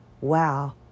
wow